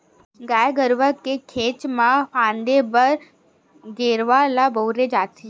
गाय गरुवा के घेंच म फांदे बर गेरवा ल बउरे जाथे